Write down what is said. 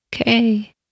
Okay